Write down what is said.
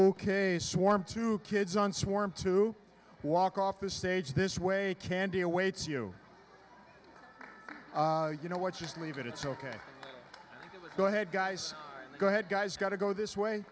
ok swarm two kids on swarm to walk off the stage this way candy awaits you you know what you just leave it it's ok go ahead guys go ahead guys got to go this way